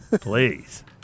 please